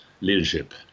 leadership